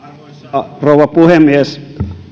arvoisa rouva puhemies